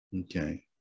Okay